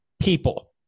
people